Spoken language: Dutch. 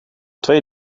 twee